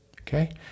Okay